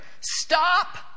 Stop